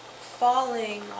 falling